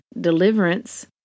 deliverance